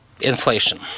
inflation